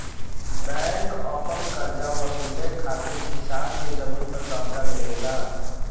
bank अपन करजा वसूले खातिर किसान के जमीन पर कब्ज़ा लेवेला